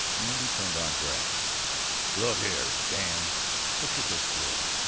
and he turned on graff look here, stan let's get this clear.